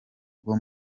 rwo